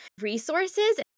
resources